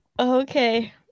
Okay